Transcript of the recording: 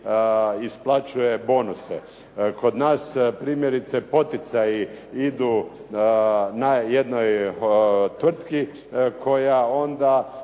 isplaćuje bonuse. Kod nas primjerice poticaju idu na jednoj tvrtki koja onda